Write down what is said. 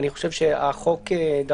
אז לכן אמרנו, זו